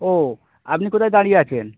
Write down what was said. ও আপনি কোথায় দাঁড়িয়ে আছেন